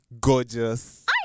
gorgeous